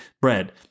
bread